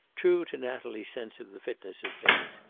true to natalie's sense of the fitness of things,